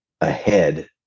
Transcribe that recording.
ahead